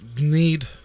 need